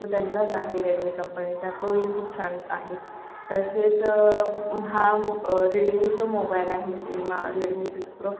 तो त्यांचाच आहे रेडमी कंपनीचा तो ही खूप छान आहे तसेच हा रेडमी जो मोबाईल आहे एम आ रेडमी सिक्स प्रो